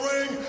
Ring